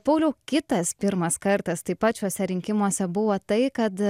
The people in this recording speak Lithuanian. pauliau kitas pirmas kartas taip pat šiuose rinkimuose buvo tai kad